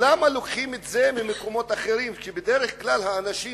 למה לוקחים את זה ממקומות אחרים, כשבדרך כלל אנשים